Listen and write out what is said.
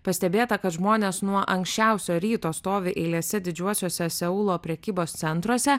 pastebėta kad žmonės nuo anksčiausio ryto stovi eilėse didžiuosiuose seulo prekybos centruose